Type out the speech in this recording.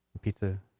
pizza